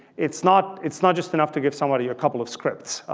it's not it's not just enough to give somebody a couple of scripts.